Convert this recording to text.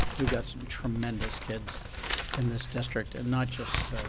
we've got some tremendous kids in this district, and not just